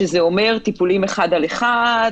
שזה אומר טיפולים אחד על אחד,